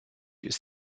ist